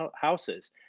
houses